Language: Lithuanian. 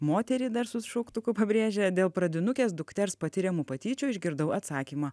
moterį dar su šauktuku pabrėžia dėl pradinukės dukters patiriamų patyčių išgirdau atsakymą